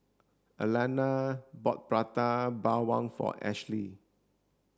Aleena bought Prata Bawang for Ashly